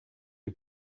who